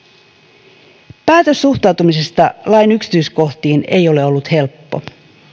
kovin toisenlaisena päätös suhtautumisesta lain yksityiskohtiin ei ole ollut helppo